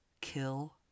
kill